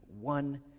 one